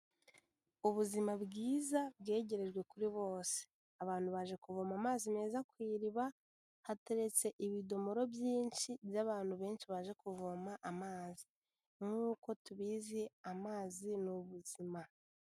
Ubuzima bwiza bwegerejwe kuri bose, abantu baje kuvoma amazi meza ku iriba, hateretse ibidomoro byinshi by'abantu benshi baje kuvoma amazi. Nk'uko tubizi amazi ni ubuzima.